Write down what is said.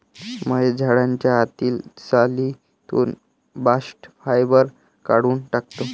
महेश झाडाच्या आतील सालीतून बास्ट फायबर काढून टाकतो